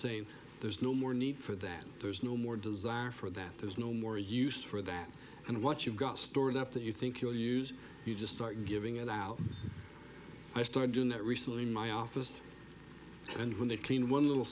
say there's no more need for that there's no more desire for that there's no more use for that and what you've got stored up that you think you'll use you just start giving it out i started doing that recently in my office and when they clean one little